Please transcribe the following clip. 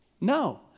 No